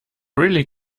really